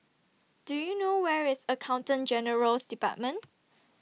Do YOU know Where IS Accountant General's department